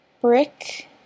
Brick